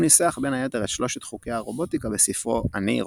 הוא ניסח בין היתר את שלושת חוקי הרובוטיקה בספרו "אני,